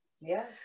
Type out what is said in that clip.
yes